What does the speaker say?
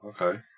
okay